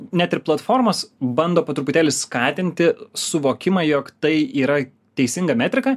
net ir platformos bando po truputėlį skatinti suvokimą jog tai yra teisinga metrika